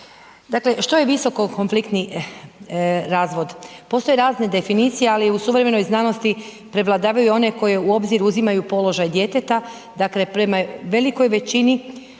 Dakle, što je visoki konfliktni razvod? Postoji razne definicije, ali u suvremenoj znanosti, prevladavaju one koje u obzir uzimaju položaj djeteta. Dakle, prema velikoj većini,